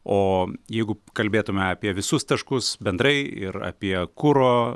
o jeigu kalbėtume apie visus taškus bendrai ir apie kuro